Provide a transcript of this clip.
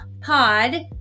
pod